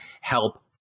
help